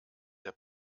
der